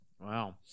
Wow